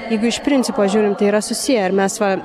jeigu iš principo žiūrint tai yra susiję ir mes va